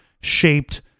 shaped